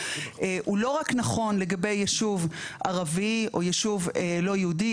הוא לא רק נכון לגבי ישוב ערבי או ישוב לא יהודי,